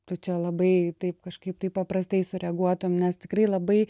tu čia labai taip kažkaip taip paprastai sureaguotum nes tikrai labai